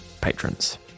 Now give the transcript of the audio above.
patrons